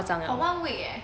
for one week eh